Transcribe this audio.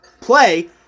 play